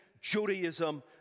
Judaism